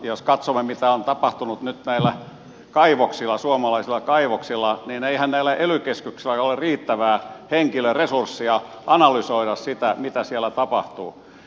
jos katsomme mitä on tapahtunut nyt meillä kaivoksilla suomalaisilla kaivoksilla niin eihän näillä ely keskuksilla ole riittävää henkilöresurssia analysoida sitä mitä siellä tapahtuu